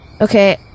Okay